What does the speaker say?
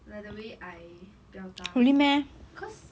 like the way I 表达 because